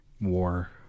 war